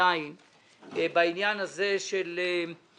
עדיין חסר בעניין של השלמות.